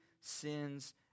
sins